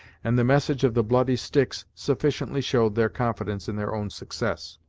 and the message of the bloody sticks sufficiently showed their confidence in their own success.